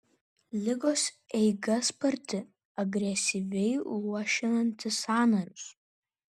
ligos eiga sparti agresyviai luošinanti sąnarius